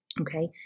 okay